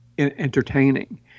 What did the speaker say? entertaining